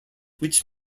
which